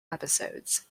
episodes